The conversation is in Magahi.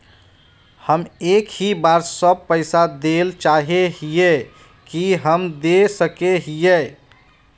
हम एक ही बार सब पैसा देल चाहे हिये की हम दे सके हीये?